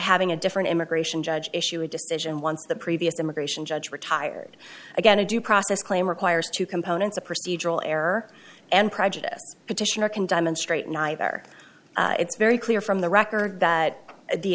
having a different immigration judge issue a decision once the previous immigration judge retired again a due process claim requires two components a procedural error and prejudice petitioner can demonstrate neither it's very clear from the record that the